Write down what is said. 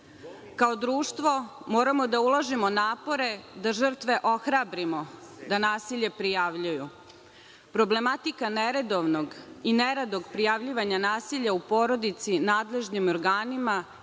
Kao društvo moramo da ulažemo napore da žrtve ohrabrimo da nasilje prijavljuju. Problematika neredovnog i neradog prijavljivanja nasilja u porodici nadležnim organima,